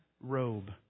robe